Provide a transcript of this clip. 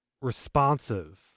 responsive